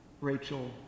Rachel